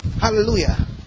Hallelujah